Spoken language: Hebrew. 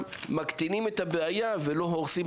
כך מקטינים את הבעיה ולא הורסים,